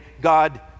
God